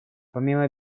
помимо